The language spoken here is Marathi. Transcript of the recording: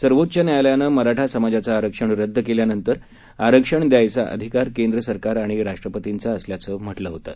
सर्वोच्च न्यायालयानं मराठा समाजाचं आरक्षण रद्द केल्यानंतर आरक्षण द्यायचा अधिकार केंद्र सरकार आणि राष्ट्रपतींचा असल्याचं न्यायालयानं म्हटलं होतं